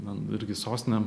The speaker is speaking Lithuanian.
na irgi sostinėm